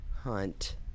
hunt